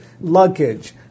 luggage